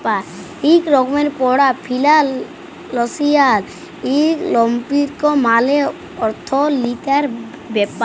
ইক রকমের পড়া ফিলালসিয়াল ইকলমিক্স মালে অথ্থলিতির ব্যাপার